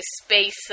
space